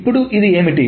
ఇప్పుడు ఇది ఏమిటి